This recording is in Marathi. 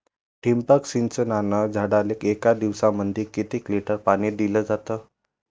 ठिबक सिंचनानं झाडाले एक दिवसामंदी किती लिटर पाणी दिलं जातं?